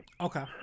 Okay